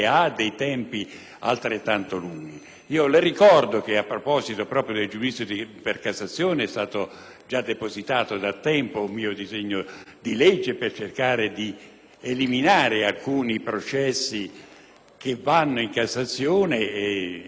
Le ricordo che a proposito proprio del giudizio per Cassazione è stato già depositato da tempo un mio disegno di legge per cercare di eliminare alcuni processi in quella sede; ciò sarebbe facilissimo,